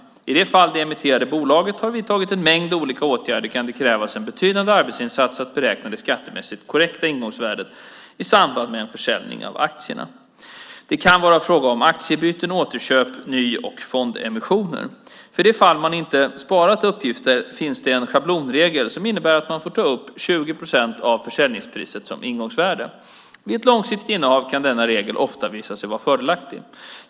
I de fall det emitterande bolaget har vidtagit en mängd olika åtgärder kan det krävas en betydande arbetsinsats för att beräkna det skattemässigt korrekta ingångsvärdet i samband med en försäljning av aktierna. Det kan vara fråga om aktiebyten, återköp, ny och fondemissioner. För det fall man inte har sparat uppgifter finns det en schablonregel som innebär att man får ta upp 20 procent av försäljningspriset som ingångsvärde. Vid ett långsiktigt innehav kan denna regel ofta visa sig vara fördelaktig.